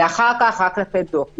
ורק אחר כך לתת דוח.